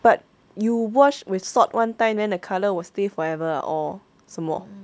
but you wash with salt one time then the colour will stay forever ah or 什么